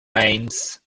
eins